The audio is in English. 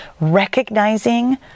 recognizing